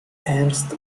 ernst